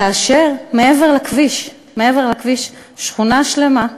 כאשר מעבר לכביש, מעבר לכביש, שכונה שלמה,